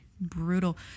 brutal